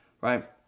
right